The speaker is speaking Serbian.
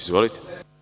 Izvolite.